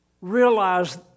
realize